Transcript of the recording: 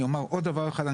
כל בעל מקצוע בתחום הזה.